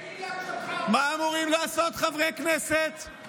ולהגיד שחרדים אוהבים כסף זה לא גזענות?